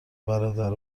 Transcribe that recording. برادر